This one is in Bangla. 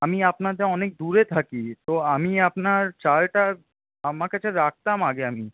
আমি আপনাদের অনেক দূরে থাকি তো আমি আপনার চালটা আমার কাছে রাখতাম আগে আমি